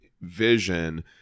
vision